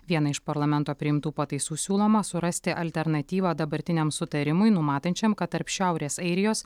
vieną iš parlamento priimtų pataisų siūloma surasti alternatyvą dabartiniam sutarimui numatančiam kad tarp šiaurės airijos